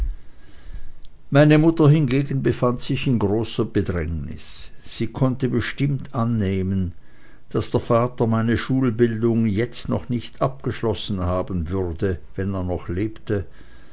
meine mutter hingegen befand sich in großer bedrängnis sie konnte bestimmt annehmen daß der vater meine schulbildung jetzt noch nicht abgeschlossen haben würde wenn er noch lebte